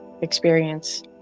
experience